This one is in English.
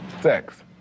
Sex